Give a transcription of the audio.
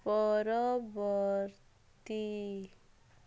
ପରବର୍ତ୍ତୀ